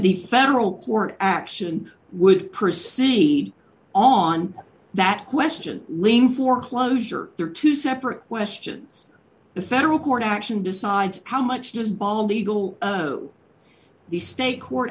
the federal court action would proceed on that question leam foreclosure there are two separate questions the federal court action decides how much just bald eagle the state court